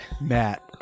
Matt